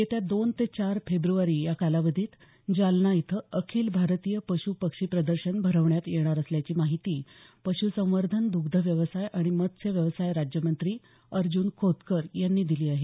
येत्या दोन ते चार फेब्रुवारी या कालावधीत जालना इथं अखिल भारतीय पश्न पक्षी प्रदर्शन भरवण्यात येणार असल्याची माहिती पशु संवर्धन दुग्धव्यवसाय आणि मत्स्य व्यवसाय राज्यमंत्री अर्जून खोतकर यांनी दिली आहे